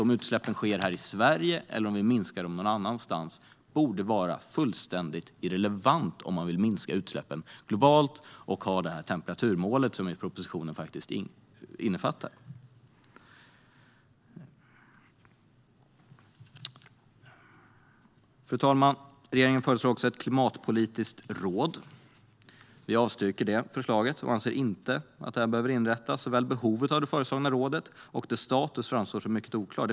Om utsläppen sker här i Sverige eller om vi minskar dem någon annanstans borde vara fullständigt irrelevant om man vill minska utsläppen globalt och har det temperaturmål som propositionen innefattar. Fru talman! Regeringen föreslår också ett klimatpolitiskt råd. Vi avstyrker förslaget och anser inte att det behöver inrättas. Såväl behovet av det föreslagna rådet som dess status framstår som mycket oklart.